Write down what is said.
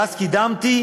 ואז קידמתי